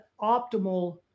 optimal